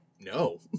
no